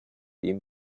ihm